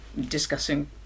discussing